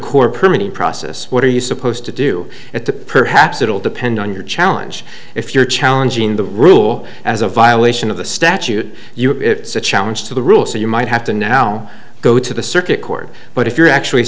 permanent process what are you supposed to do at the perhaps it'll depend on your challenge if you're challenging the rule as a violation of the statute it's a challenge to the rule so you might have to now go to the circuit court but if you're actually